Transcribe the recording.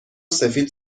سفید